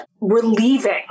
relieving